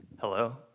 Hello